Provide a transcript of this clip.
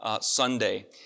Sunday